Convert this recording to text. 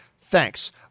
Thanks